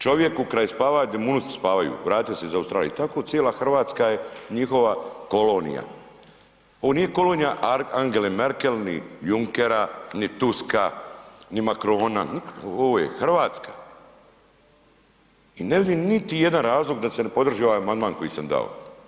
Čovjeku kraj spavaće, gdje mu unuci spavaju, vratia se iz Australije, i tako cijela Hrvatska je njihova kolonija, ovo nije kolonija Angele Merkel, ni Junckera, ni Tuska, ni Macrona, ... ovo je Hrvatska, i ne vidim niti jedan razlog da se ne podrži ovaj amandman koji sam dao.